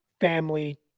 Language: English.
family